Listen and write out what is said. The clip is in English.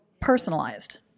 personalized